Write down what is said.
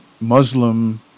Muslim